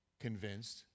convinced